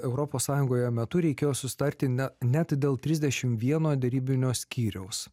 europos sąjungoje metu reikėjo susitarti ne net dėl trisdešim vieno derybinio skyriaus